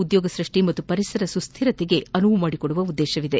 ಉದ್ಯೋಗ ಸೃಷ್ಷಿ ಹಾಗೂ ಪರಿಸರ ಸುಸ್ತಿರತೆಗೆ ಅನುವು ಮಾಡಿಕೊಡುವ ಉದ್ಯೇತವಿದೆ